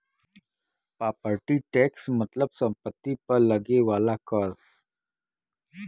property tax मतलब सम्पति पर लगे वाला कर